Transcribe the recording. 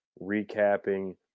recapping